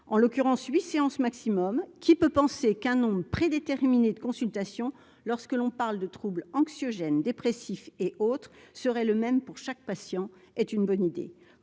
en l'occurrence, 8 séances maximum qui peut penser qu'un nombre prédéterminé de consultation, lorsque l'on parle de troubles anxiogène dépressif et autres serait le même pour chaque patient est une bonne idée,